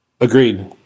Agreed